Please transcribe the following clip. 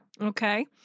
Okay